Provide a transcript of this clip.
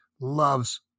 loves